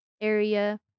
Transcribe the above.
area